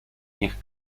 niech